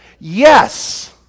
Yes